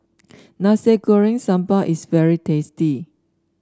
Nasi Goreng Sambal is very tasty